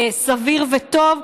סביר וטוב,